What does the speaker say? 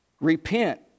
Repent